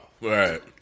right